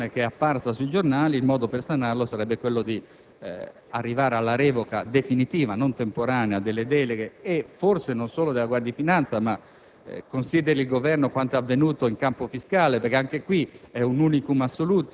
sembrano concordare - vedremo poi quanto dirà il Ministro dell'economia - sulla versione apparsa sui giornali, il modo per sanare la situazione sarebbe quello di arrivare alla revoca definitiva, non temporanea, delle deleghe, e forse non solo della Guardia di finanza.